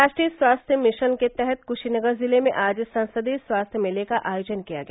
राष्ट्रीय स्वास्थ्य मिशन के तहत कुशीनगर जिले में आज संसदीय स्वास्थ्य मेले का आयोजन किया गया